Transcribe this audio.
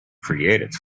creative